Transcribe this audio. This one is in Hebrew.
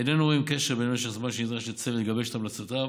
איננו רואים קשר בין משך הזמן שנדרש לצוות לגבש את המלצותיו